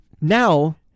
now